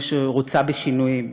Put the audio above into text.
שרוצה בשינויים,